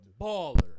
baller